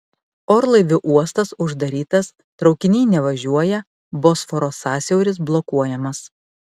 orlaivių uostas uždarytas traukiniai nevažiuoja bosforo sąsiauris blokuojamas